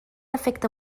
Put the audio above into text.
efecte